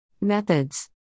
Methods